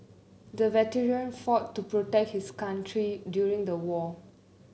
the veteran fought to protect his country during the war